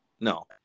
No